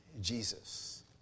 Jesus